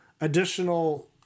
additional –